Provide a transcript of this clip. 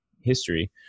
history